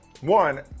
one